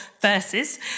verses